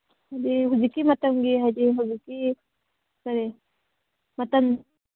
ꯍꯥꯏꯗꯤ ꯍꯧꯖꯤꯛꯀꯤ ꯃꯇꯝꯒꯤ ꯍꯥꯏꯗꯤ ꯍꯧꯖꯤꯛꯀꯤ ꯀꯔꯤ ꯃꯇꯝ